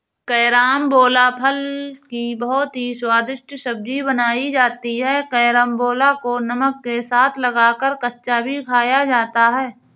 carambola फल की बहुत ही स्वादिष्ट सब्जी बनाई जाती है कैरमबोला को नमक के साथ लगाकर कच्चा भी खाया जाता है